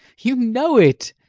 you know it!